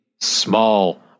small